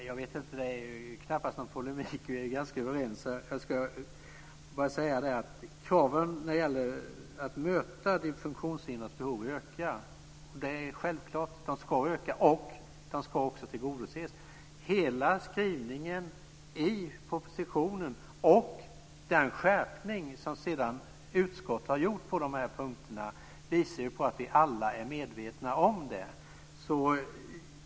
Fru talman! Detta är knappast någon polemik - vi är ganska överens. Kraven när det gäller att möta de funktionshindrades behov ökar självfallet. Det ska de också göra, och behoven ska också tillgodoses. Hela skrivningen i propositionen och den skärpning som utskottet sedan har gjort på de här punkterna visar att vi alla är medvetna om detta.